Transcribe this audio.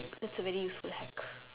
it's a very useful hack